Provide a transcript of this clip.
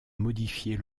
modifier